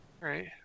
right